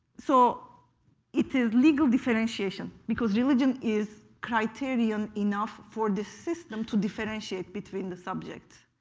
so it is legal differentiation, because religion is criterion enough for this system to differentiate between the subjects.